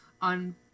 on